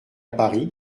paris